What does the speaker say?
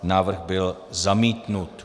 Návrh byl zamítnut.